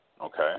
Okay